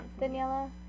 Daniela